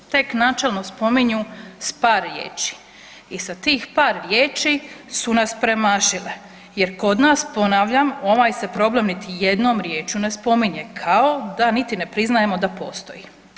Tek načelno spominju s par riječi i sa tih par riječi su nas premašile jer kod nas ponavljam, ovaj se problem niti jednom riječju ne spominje kao da niti ne priznajemo da postoji.